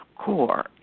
core